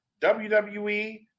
WWE